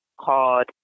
called